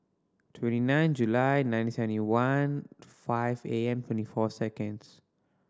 twenty nine July nineteen seventy one five A M twenty four seconds